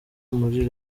muri